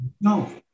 No